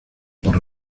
por